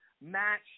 match